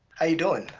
how you doing?